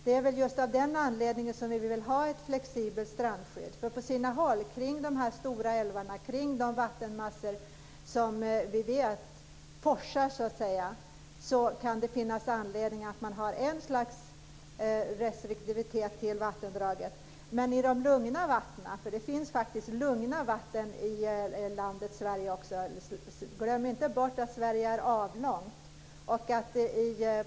Det är väl just av den anledningen som vi vill ha ett flexibelt strandskydd. På sina håll, kring de stora älvarna, kring de vattenmassor som vi vet forsar kan det finnas anledning att ha ett slags restriktivitet till vattendragen. Men det finns faktiskt även lugna vatten i landet Sverige. Glöm inte bort att Sverige är avlångt.